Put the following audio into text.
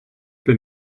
been